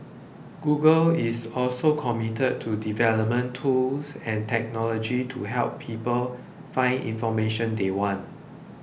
Google is also committed to development tools and technology to help people find information they want